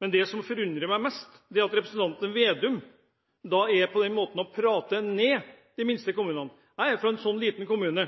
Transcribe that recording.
men det som forundrer meg mest, er at representanten Slagsvold Vedum på den måten prater ned de minste kommunene. Jeg er fra en sånn liten kommune.